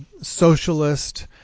socialist